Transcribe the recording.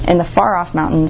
in the far off mountain